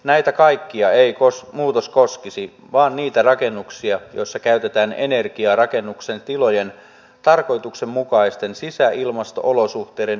näitä kaikkia ei muutos koskisi vaan niitä rakennuksia joissa käytetään energiaa rakennuksen tilojen tarkoituksenmukaisten sisäilmasto olosuhteiden ylläpitämiseen